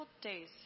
days